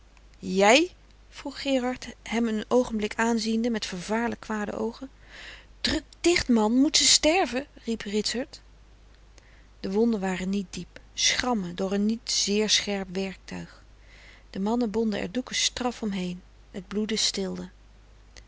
jij vroeg gerard hem een oogenblik aanziende met vervaarlijk kwade oogen druk dicht man moet ze sterven riep ritsert de wonden waren niet diep schrammen door een niet zeer scherp werktuig de mannen bonden er doeken straf omheen het bloeden stilde